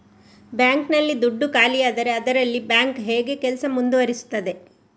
Bank ನಲ್ಲಿ ದುಡ್ಡು ಖಾಲಿಯಾದರೆ ಅದರಲ್ಲಿ ಬ್ಯಾಂಕ್ ಹೇಗೆ ಕೆಲಸ ಮುಂದುವರಿಸುತ್ತದೆ?